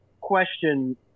question